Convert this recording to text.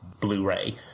Blu-ray